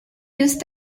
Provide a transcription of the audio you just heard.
used